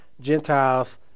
Gentiles